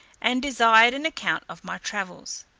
and desired an account of my travels.